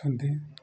ଛନ୍ତି